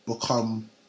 become